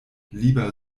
lieber